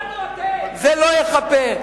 זה לא יחפה.